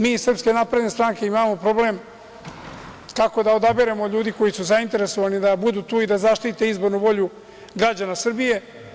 Mi iz SNS imamo problem kako da odaberemo ljude koji su zainteresovani da budu tu i da zaštite izbornu volju građana Srbije.